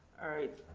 all right.